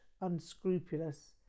unscrupulous